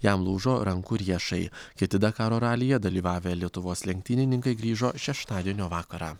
jam lūžo rankų riešai kiti dakaro ralyje dalyvavę lietuvos lenktynininkai grįžo šeštadienio vakarą